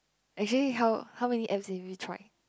actually how how many apps have you tried